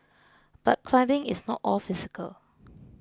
but climbing is not all physical